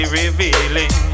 revealing